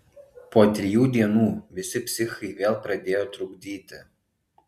po trijų dienų visi psichai vėl pradėjo trukdyti